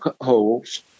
holes